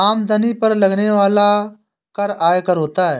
आमदनी पर लगने वाला कर आयकर होता है